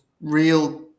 real